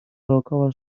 dookoła